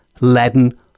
leaden